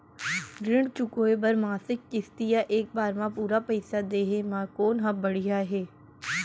ऋण चुकोय बर मासिक किस्ती या एक बार म पूरा पइसा देहे म कोन ह बढ़िया हे?